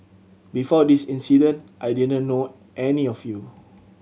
before this incident I didn't know any of you